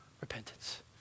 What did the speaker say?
Repentance